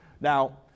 Now